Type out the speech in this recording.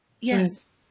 Yes